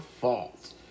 fault